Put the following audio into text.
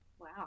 wow